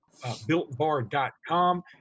builtbar.com